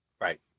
Right